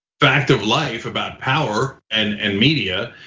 fact of life about power and and media.